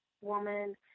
woman